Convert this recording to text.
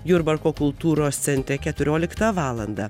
jurbarko kultūros centre keturioliktą valandą